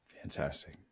fantastic